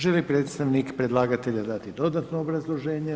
Želi li predstavnik predlagatelja dati dodatno obrazloženje?